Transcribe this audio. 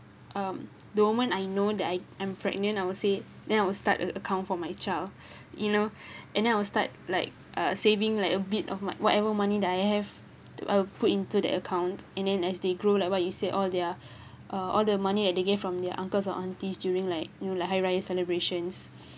um the moment I know that I am pregnant I would say then I will start a account for my child you know and then I will start like uh saving like a bit of my whatever money that I have I will put into the account and then as they grow like what you said all their uh all the money that they get from their uncles or aunties during like you know like hari raya celebrations